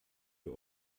für